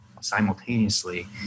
simultaneously